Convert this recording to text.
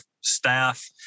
staff